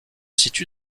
situe